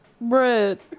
bread